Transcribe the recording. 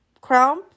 Crown